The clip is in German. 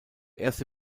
erste